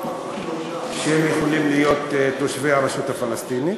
שהם יכולים להיות תושבי הרשות הפלסטינית,